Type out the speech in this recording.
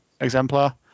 Exemplar